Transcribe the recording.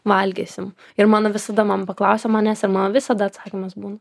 valgysim ir mano visada mama paklausia manęs ir mano visada atsakymas būna